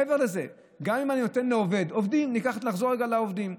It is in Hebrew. מעבר לזה, נחזור רגע לעובדים.